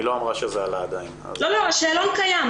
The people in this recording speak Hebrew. השאלון קיים,